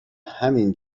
همین